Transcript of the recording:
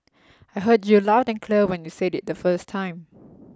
I heard you loud and clear when you said it the first time